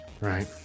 Right